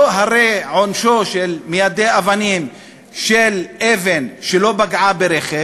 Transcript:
הרי לא עונשו של מיידה אבן שלא פגעה ברכב